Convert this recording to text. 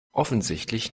offensichtlich